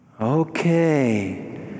Okay